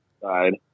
side